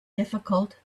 difficult